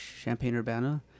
Champaign-Urbana